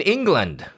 England